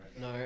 No